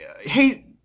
Hey